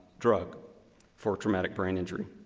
drug for traumatic brain injury.